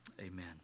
Amen